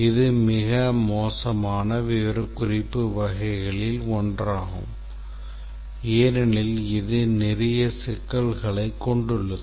இது மிக மோசமான விவரக்குறிப்பு வகைகளில் ஒன்றாகும் ஏனெனில் இது நிறைய சிக்கல்களைக் கொண்டுள்ளது